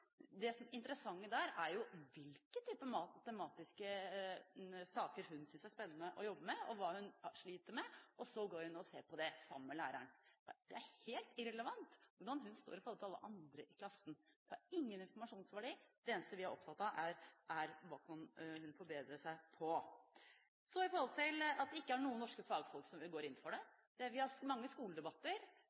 interessante er jo hvilke typer matematiske saker hun synes det er spennende å jobbe med, hva hun sliter med, og så gå inn og se på det sammen med læreren. Det er helt irrelevant hvordan hun står i forhold til alle andre i klassen. Det har ingen informasjonsverdi. Det eneste vi er opptatt av, er hva hun kan forbedre seg i. Så til at det ikke er noen norske fagfolk som går inn for det. Vi har mange skoledebatter.